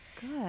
Good